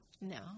No